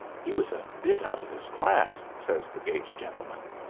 he was a bit out of his class, says the gate gentleman.